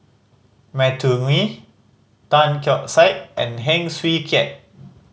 Matthew Ngui Tan Keong Saik and Heng Swee Keat